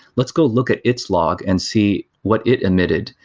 let's go look at its log and see what it emitted.